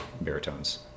baritones